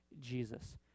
Jesus